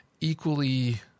Equally